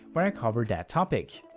where i covered that topic.